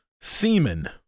Semen